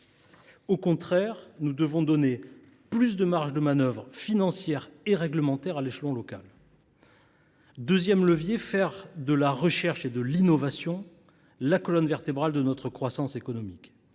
Au contraire, nous devons donner plus de marges de manœuvre financières et réglementaires à l’échelon local. Un autre levier à notre disposition consiste à faire de la recherche et de l’innovation la colonne vertébrale de notre croissance économique.